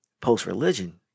post-religion